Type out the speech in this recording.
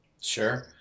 Sure